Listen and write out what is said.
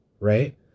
Right